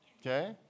Okay